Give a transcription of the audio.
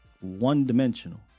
one-dimensional